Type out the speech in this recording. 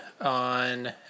on